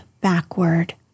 backward